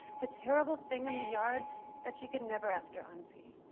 the terrible thing in the yard that she could never after unsee.